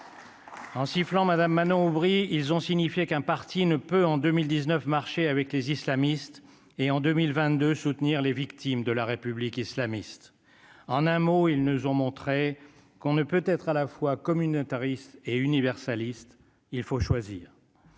En sifflant madame Manon Aubry, ils ont signifié qu'un parti ne peut, en 2019 marcher avec les islamistes, et en 2022, soutenir les victimes de la république islamiste en un mot, ils nous ont montré qu'on ne peut être à la fois communautaristes et universalistes, il faut choisir